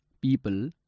people